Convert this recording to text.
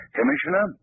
Commissioner